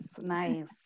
nice